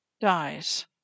dies